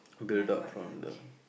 build up from the